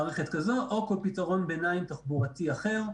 מערכת כזו או כל פתרון ביניים תחבורתי אחר.